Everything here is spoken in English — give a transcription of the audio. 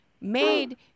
made